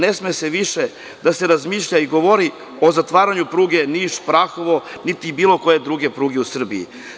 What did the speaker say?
Ne sme više da se razmišlja i govori o zatvaranju pruge Niš – Prahovo, niti bilo koje druge pruge u Srbiji.